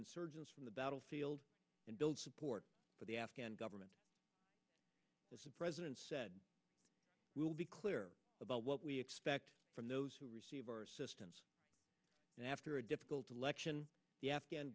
insurgents from the battlefield and build support for the afghan government as a president said we will be clear about what we expect from those who receive our assistance after a difficult election the afghan